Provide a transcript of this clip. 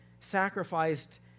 sacrificed